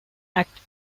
act